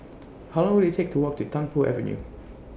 How Long Will IT Take to Walk to Tung Po Avenue